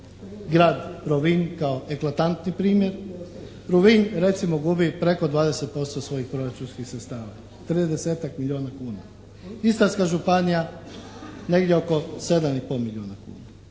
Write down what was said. grad Rovinj kao eklatantni primjer. Rovinj recimo gubi preko 20% svojih proračunskih sredstava, tridesetak milijuna kuna. Istarska županija negdje oko 7,5 milijuna kuna.